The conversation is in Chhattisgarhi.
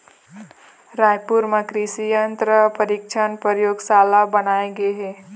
रायपुर म कृसि यंत्र परीक्छन परयोगसाला बनाए गे हे